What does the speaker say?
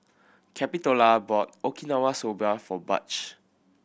Capitola bought Okinawa Soba for Butch